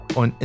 on